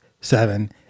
seven